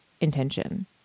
intention